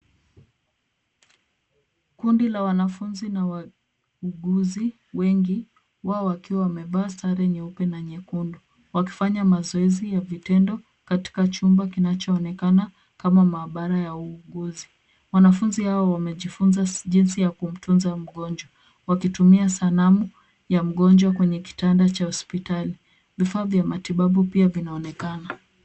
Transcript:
Kundi la wanafunzi na wauguzi wengi wao wakiwa wamevaa sare nyeupe na nyekundu, wakifanya mazoezi ya vitendo katika chumba kinachoonekana kama maabara ya wauguzi. Wanafunzi hao wamejifunza jinsi ya kumtunza mgonjwa, wakitumia sanamu ya mgonjwa kwenye kitanda cha hospitali. Vifaa vya matibabu pia vinaonekana.